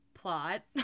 plot